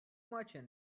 merchant